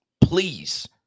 Please